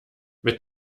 mit